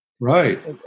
Right